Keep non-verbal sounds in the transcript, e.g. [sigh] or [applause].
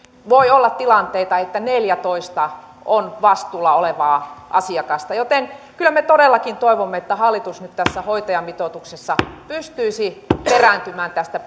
voi olla tilanteita että neljätoista on vastuulla olevaa asiakasta joten kyllä me todellakin toivomme että hallitus nyt tässä hoitajamitoituksessa pystyisi perääntymään tästä [unintelligible]